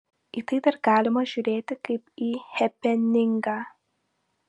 į tai dar galima žiūrėti kaip į hepeningą